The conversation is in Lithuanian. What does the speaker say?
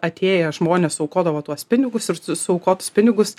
atėję žmonės aukodavo tuos pinigus ir suaukotus pinigus